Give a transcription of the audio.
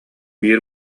биир